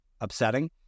upsetting